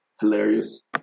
hilarious